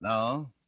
Now